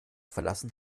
verlassen